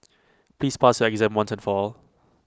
please pass your exam once and for all